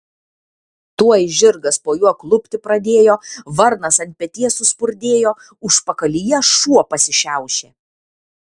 tuoj žirgas po juo klupti pradėjo varnas ant peties suspurdėjo užpakalyje šuo pasišiaušė